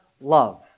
love